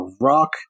rock